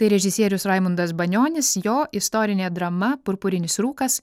tai režisierius raimundas banionis jo istorinė drama purpurinis rūkas